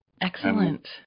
Excellent